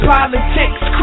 Politics